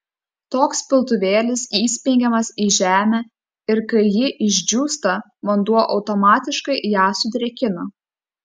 toks piltuvėlis įsmeigiamas į žemę ir kai ji išdžiūsta vanduo automatiškai ją sudrėkina